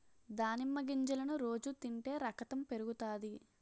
దానిమ్మ గింజలను రోజు తింటే రకతం పెరుగుతాది